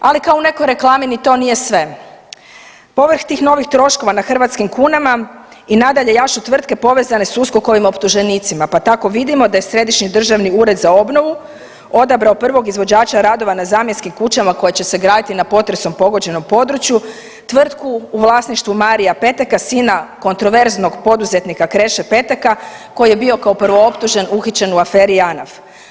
Ali kao u nekoj reklami, ni to nije sve, povrh tih novih troškova na hrvatskim kunama i nadalje jašu tvrtke povezane s USKOK-ovim optuženicima, pa tako vidimo da je Središnji državni ured za obnovu odabrao prvog izvođača radova na zamjenskim kućama koje će se graditi na potresom pogođenom području tvrtku u vlasništvu Marija Peteka sina kontroverznog poduzetnika Kreše Peteka koji je bio kao prvooptužen, uhićen u aferi Janaf.